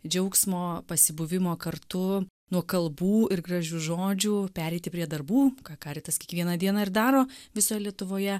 džiaugsmo pasibuvimo kartu nuo kalbų ir gražių žodžių pereiti prie darbų ką karitas kiekvieną dieną ir daro visoj lietuvoje